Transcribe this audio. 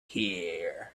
here